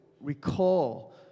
recall